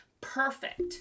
perfect